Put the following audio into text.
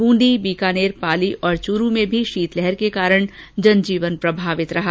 बूंदी बीकानेर पाली और चूरू में भी शीतलहर के कारण जनजीवन प्रभावित रहा